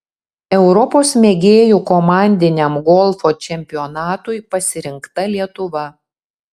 europos mėgėjų komandiniam golfo čempionatui pasirinkta lietuva